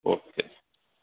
okay